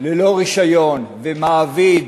ללא רישיון ומעביד